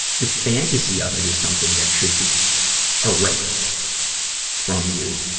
the fantasy of it is something that should be erased from you.